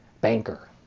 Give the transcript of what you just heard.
banker